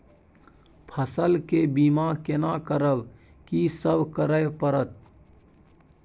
फसल के बीमा केना करब, की सब करय परत?